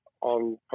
on